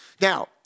Now